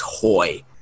toy